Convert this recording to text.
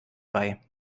bei